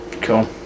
cool